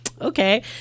okay